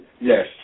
Yes